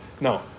No